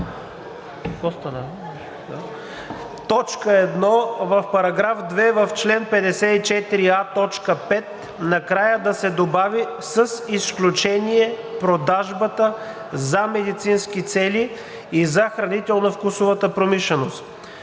т. 1 в § 2 в чл. 54а, т. 5 накрая да се добави „с изключение продажбата за медицински цели и за хранително-вкусовата промишленост“;